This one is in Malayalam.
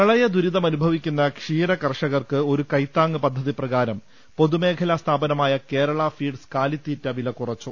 പ്രളയദുരിതമനുഭവിക്കുന്ന ക്ഷീര കർഷകർക്ക് ഒരു കൈത്താങ്ങ് പദ്ധതി പ്രകാരം പൊതുമേഖലാ സ്ഥാപനമായ കേരളഫീഡ്സ് കാലിത്തീറ്റ വിലകുറച്ചു